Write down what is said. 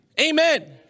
Amen